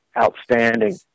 outstanding